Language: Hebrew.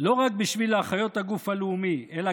לא רק בשביל להחיות את הגוף הלאומי אלא